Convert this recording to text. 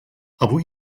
avui